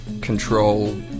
control